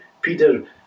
Peter